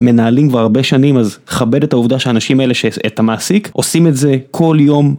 מנהלים כבר הרבה שנים אז כבד את העובדה שאנשים האלה שאת המעסיק עושים את זה כל יום